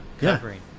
covering